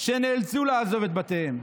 שנאלצו לעזוב את בתיהם.